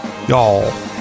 y'all